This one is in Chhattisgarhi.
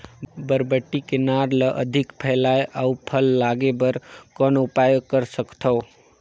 बरबट्टी के नार ल अधिक फैलाय अउ फल लागे बर कौन उपाय कर सकथव?